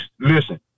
listen